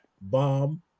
bomb